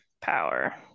power